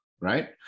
Right